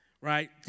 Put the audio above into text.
right